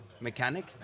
mechanic